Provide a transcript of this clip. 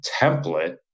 template